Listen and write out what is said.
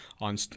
on